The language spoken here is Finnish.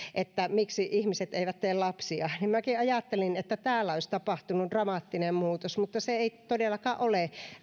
miksi ihmiset eivät tee lapsia minäkin ajattelin että täällä olisi tapahtunut dramaattinen muutos mutta se muutos ei todellakaan ole